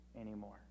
anymore